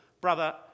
Brother